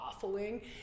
waffling